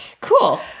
cool